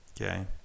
Okay